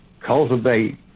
cultivate